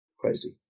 crazy